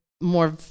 more